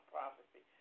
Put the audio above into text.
Prophecy